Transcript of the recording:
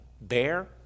bear